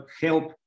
help